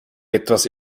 etwas